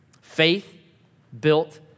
faith-built